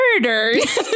murders